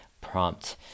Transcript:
prompt